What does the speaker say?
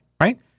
right